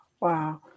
Wow